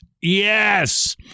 Yes